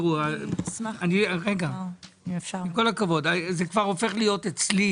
עם כל הכבוד זה כבר הופך להיות אצלי